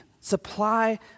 Supply